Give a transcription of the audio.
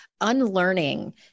unlearning